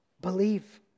believe